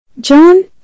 John